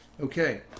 okay